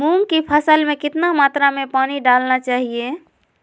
मूंग की फसल में कितना मात्रा में पानी डालना चाहिए?